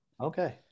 Okay